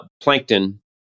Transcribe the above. plankton